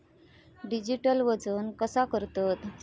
Digital वजन कसा करतत?